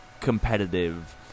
competitive